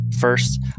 First